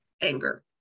anger